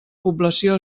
població